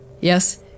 Yes